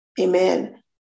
Amen